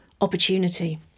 opportunity